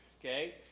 okay